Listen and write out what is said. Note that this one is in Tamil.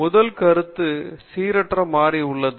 முதல் கருத்து சீரற்ற மாறி உள்ளது